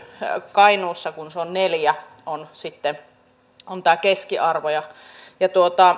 kainuussa kun neljä on sitten tämä keskiarvo